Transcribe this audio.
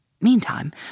Meantime